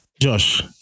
Josh